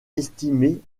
estimés